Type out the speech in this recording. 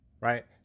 Right